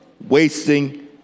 wasting